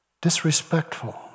disrespectful